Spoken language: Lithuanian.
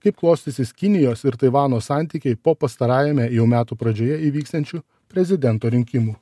kaip klostysis kinijos ir taivano santykiai po pastarajame jau metų pradžioje įvyksiančių prezidento rinkimų